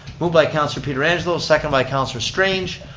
moved by councilor pietrangelo, seconded by councilor strange.